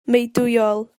meudwyol